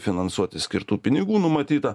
finansuoti skirtų pinigų numatyta